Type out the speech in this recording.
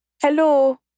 hello